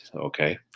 okay